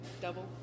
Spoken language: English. double